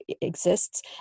exists